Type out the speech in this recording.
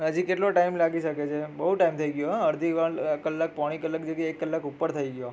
હજી કેટલો ટાઇમ લાગી શકે છે બહુ ટાઈમ થઈ ગયો હોં અડધી કલાક પોણી કલાક જાગ્યા એ એક કલાક ઉપર થઈ ગયો